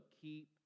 keep